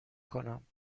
کنم